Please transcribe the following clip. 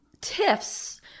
tiffs